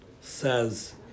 says